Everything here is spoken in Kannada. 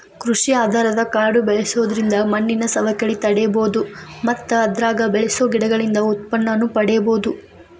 ಕೃಷಿ ಆಧಾರದ ಕಾಡು ಬೆಳ್ಸೋದ್ರಿಂದ ಮಣ್ಣಿನ ಸವಕಳಿ ತಡೇಬೋದು ಮತ್ತ ಅದ್ರಾಗ ಬೆಳಸೋ ಗಿಡಗಳಿಂದ ಉತ್ಪನ್ನನೂ ಪಡೇಬೋದು